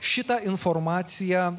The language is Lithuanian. šitą informaciją